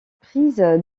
prise